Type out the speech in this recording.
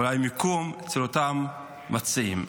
אולי מיקום, של אותם מציעים.